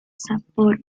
sapporo